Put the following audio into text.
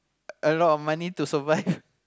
a lot of money to survive